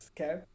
okay